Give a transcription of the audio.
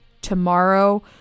tomorrow